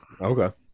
okay